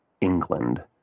England